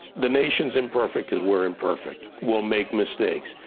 the nation's imperfect cause we're imperfect. we'll make mistakes,